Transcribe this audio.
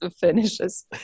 finishes